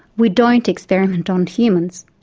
we don't experiment on humans.